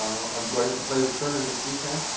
i'm going up to play with turner this weekend.